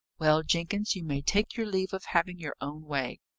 well, jenkins, you may take your leave of having your own way.